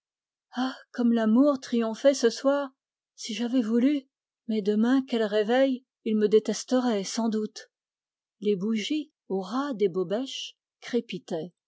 ah comme l'amour triomphait ce soir si j'avais voulu mais demain quel réveil il me détesterait sans doute les bougies au ras des bobèches crépitaient